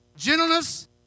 Gentleness